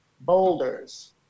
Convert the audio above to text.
boulders